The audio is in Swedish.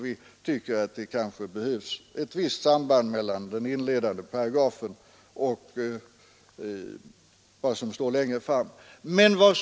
Vi tycker att det behövs ett visst samband mellan den inledande paragrafen och vad som står längre fram i texten.